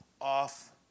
off